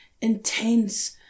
intense